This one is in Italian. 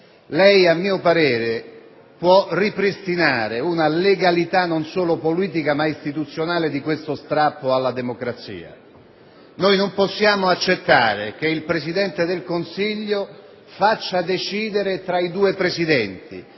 a mio parere, può ripristinare una legalità non solo politica, ma anche istituzionale dopo questo strappo alla democrazia. Non possiamo accettare che il Presidente del Consiglio faccia decidere tra i due Presidenti